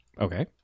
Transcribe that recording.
Okay